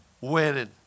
Winning